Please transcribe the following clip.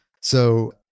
So-